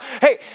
Hey